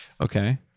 Okay